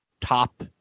top